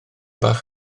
bach